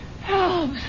Help